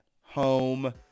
home